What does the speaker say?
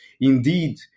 indeed